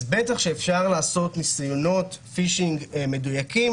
אז בטח שאפשר לעשות ניסיונות "פישינג" מדויקים